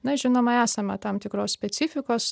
na žinoma esama tam tikros specifikos